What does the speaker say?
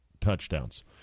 touchdowns